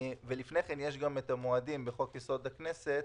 ולפני כן יש המועדים בחוק יסוד: הכנסת,